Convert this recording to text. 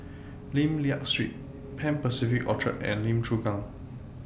Lim Liak Street Pan Pacific Orchard and Lim Chu Kang